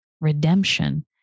redemption